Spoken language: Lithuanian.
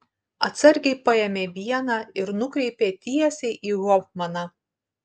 atsargiai paėmė vieną ir nukreipė tiesiai į hofmaną